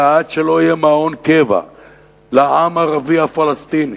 כי עד שלא יהיה מעון קבע לעם הערבי הפלסטיני,